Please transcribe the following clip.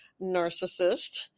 narcissist